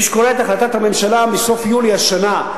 מי שקורא את החלטת הממשלה מסוף יולי השנה,